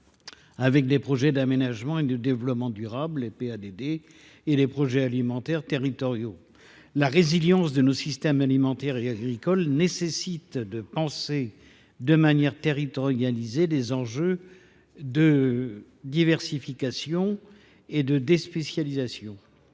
avec les projets d’aménagement et de développement durables (PADD) et les projets alimentaires territoriaux (PAT). La résilience de nos systèmes alimentaires et agricoles nécessite de penser de manière territorialisée les enjeux de diversification et de déspécialisation.